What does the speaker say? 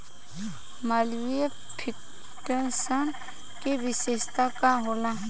Malviya fifteen के विशेषता का होला?